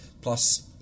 plus